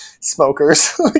smokers